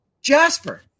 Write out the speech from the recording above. Jasper